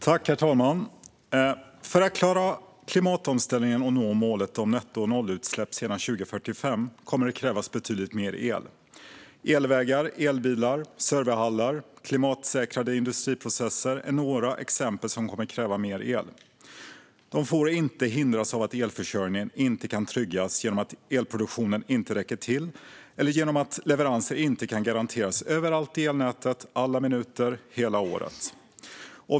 Herr talman! För att vi ska klara klimatomställningen och nå målet om nettonollutsläpp senast 2045 kommer det att behövas betydligt mer el. Elvägar, elbilar, serverhallar och klimatsäkrade industriprocesser är några exempel på sådant som kommer att kräva mer el. Detta får inte hindras av att elförsörjningen inte kan tryggas därför att elproduktionen inte räcker till eller därför att leveranser inte kan garanteras överallt i elnätet under alla minuter hela året.